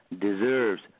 deserves